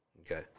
Okay